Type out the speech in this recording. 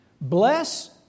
Bless